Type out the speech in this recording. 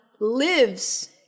lives